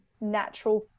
natural